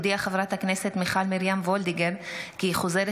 הודיעה חברת הכנסת מיכל מרים וולדיגר כי היא חוזרת